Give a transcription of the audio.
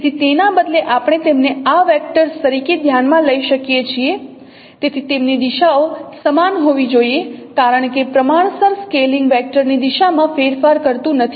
તેથી તેના બદલે આપણે તેમને આ વેક્ટર્સ તરીકે ધ્યાનમાં લઈ શકીએ છીએ તેથી તેમની દિશાઓ સમાન હોવી જોઈએ કારણ કે પ્રમાણસર સ્કેલિંગ વેક્ટર ની દિશામાં ફેરફાર કરતું નથી